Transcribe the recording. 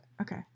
Okay